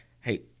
Hey